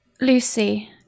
Lucy